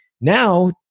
Now